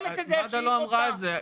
מד"א לא אמרה את זה.